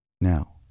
Now